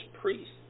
priests